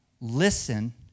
listen